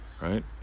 Right